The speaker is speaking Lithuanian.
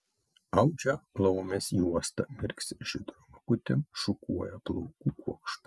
audžia laumės juostą mirksi žydrom akutėm šukuoja plaukų kuokštą